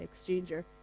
exchanger